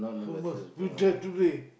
Hummus we try today